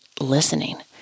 listening